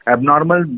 Abnormal